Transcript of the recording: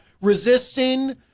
resisting